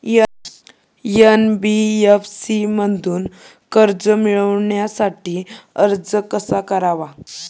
NBFC मधून कर्ज मिळवण्यासाठी अर्ज कसा करावा?